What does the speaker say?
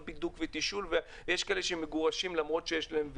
בידוק ותשאול ואפילו יש כאלה שהם מגורשים למרות שיש להם ויזה.